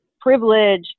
privilege